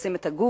הורסים את הגוף,